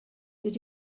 did